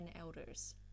elders